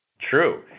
True